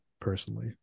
personally